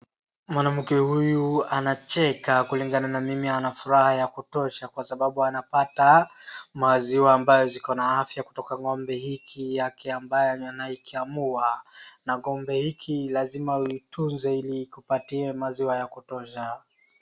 Mwanake huyu anacheka, kulingana na mimi anafuraha ya kutosha kwa sababu anapata, maziwa ambayo zikona afya kutoka kwa ng'ombe hiki yake ambayo anaikamua, na ngombe hiki lazima uitunze ili ikupatie maziwa ya kutosha.